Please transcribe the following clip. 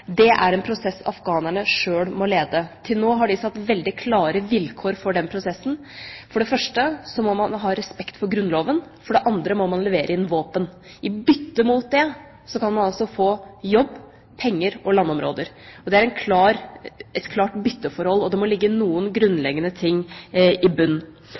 Det er en prosess afghanerne sjøl må lede. Til nå har de satt veldig klare vilkår for den prosessen. For det første må man ha respekt for grunnloven, for det andre må man levere inn våpen. I bytte mot det kan man få jobb, penger og landområder. Det er et klart bytteforhold, og det må ligge noe grunnleggende i